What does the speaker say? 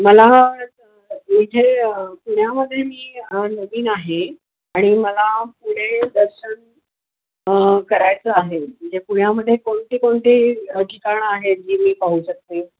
मला इथे पुण्यामध्ये मी नवीन आहे आणि मला पुणे दर्शन करायचं आहे म्हणजे पुण्यामध्ये कोणती कोणती ठिकाणं आहेत जी मी पाहू शकते